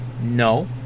No